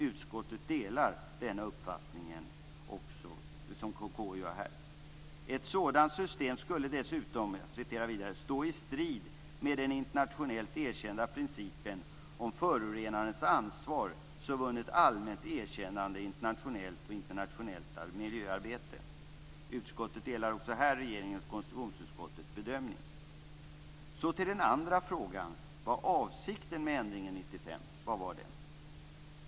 Utskottet delar KU:s uppfattning. Man skriver vidare: Ett sådant system skulle dessutom stå i strid med den internationellt erkända principen om förorenarens ansvar, som vunnit allmänt erkännande i internationellt miljöarbete. Utskottet delar också på den punkten regeringens och konstitutionsutskottets bedömning. Så till den andra frågan: Vilken var avsikten med ändringen 1995?